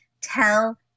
tell